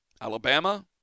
Alabama